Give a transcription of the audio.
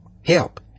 help